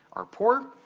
are poor,